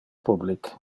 public